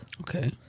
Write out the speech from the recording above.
Okay